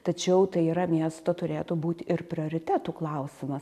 tačiau tai yra miesto turėtų būt ir prioritetų klausimas